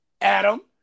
Adam